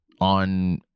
on